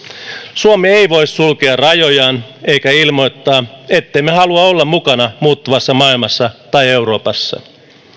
suomi ei voi sulkea rajojaan eikä ilmoittaa ettemme halua olla mukana muuttuvassa maailmassa tai euroopassa